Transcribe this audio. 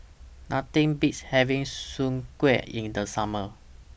Nothing Beats having Soon Kueh in The Summer